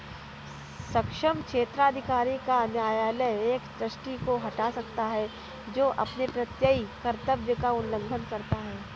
सक्षम क्षेत्राधिकार का न्यायालय एक ट्रस्टी को हटा सकता है जो अपने प्रत्ययी कर्तव्य का उल्लंघन करता है